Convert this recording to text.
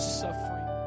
suffering